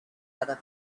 other